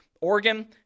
Oregon